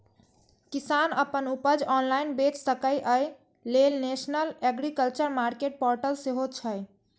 किसान अपन उपज ऑनलाइन बेच सकै, अय लेल नेशनल एग्रीकल्चर मार्केट पोर्टल सेहो छै